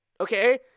okay